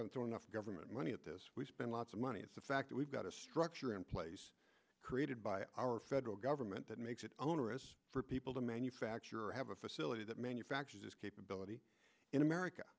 have enough government money at this we spend lots of money is the fact that we've got a structure in place created by our federal government that makes it onerous for people to manufacture or have a facility that manufactures this capability in america